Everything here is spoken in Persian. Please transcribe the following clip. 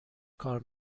کار